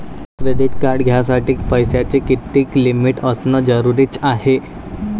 Credit card घ्यासाठी पैशाची कितीक लिमिट असनं जरुरीच हाय?